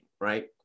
right